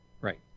Right